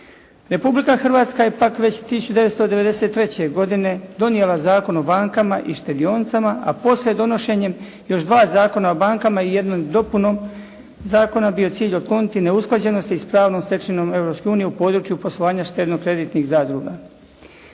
Republika Hrvatska je pak već 1993. godine donijela Zakon o bankama i štedionicama, a poslije donošenjem još dva zakona o bankama i jednoj dopunom zakona bio cilj otkloniti neusklađenosti s pravnom stečevinom Europskom unijom u području poslovanja štedno-kreditnih zadruga.